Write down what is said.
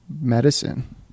medicine